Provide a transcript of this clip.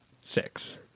six